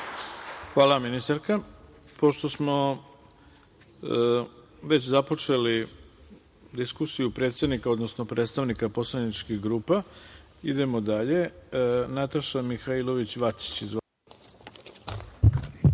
Hvala, ministarka. Pošto smo već započeli diskusiju predsednika, odnosno predstavnika poslaničkih grupa, idemo dalje. Reč